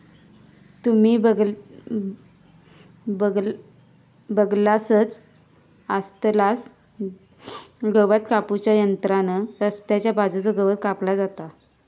तुम्ही बगलासच आसतलास गवात कापू च्या यंत्रान रस्त्याच्या बाजूचा गवात कापला जाता